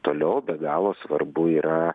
toliau be galo svarbu yra